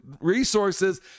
resources